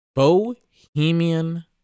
Bohemian